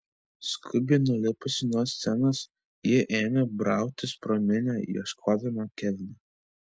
skubiai nulipusi nuo scenos ji ėmė brautis pro minią ieškodama kevino